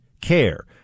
care